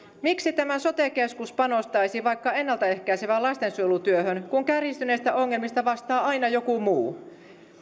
miksi tämä sote keskus panostaisi vaikka ennaltaehkäisevään lastensuojelutyöhön kun kärjistyneistä ongelmista vastaa aina joku muu